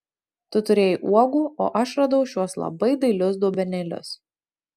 tu turėjai uogų o aš radau šiuos labai dailius dubenėlius